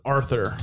Arthur